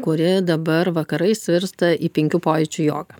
kuri dabar vakarais virsta į penkių pojūčių jogą